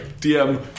DM